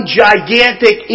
gigantic